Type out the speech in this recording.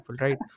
right